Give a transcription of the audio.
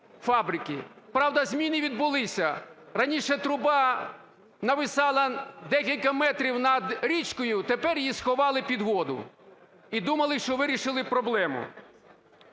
Правда зміни відбулися: раніше труба нависала декілька метрів над річкою, тепер її сховали під воду, і думали, що вирішили проблему.